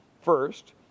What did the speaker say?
first